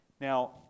Now